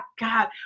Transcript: God